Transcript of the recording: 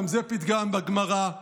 גם זה פתגם בגמרא.